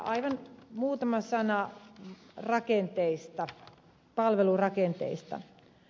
aivan muutama sana palvelurakenteista